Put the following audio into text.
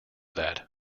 that